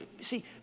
See